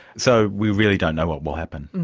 so we really don't know what will happen.